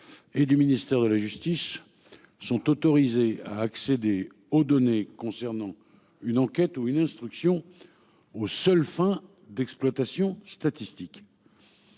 et de la justice sont autorisés à accéder aux données concernant une enquête ou une instruction, aux seules fins d'exploitation statistiques.